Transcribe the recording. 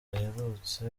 aherutse